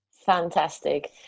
fantastic